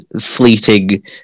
Fleeting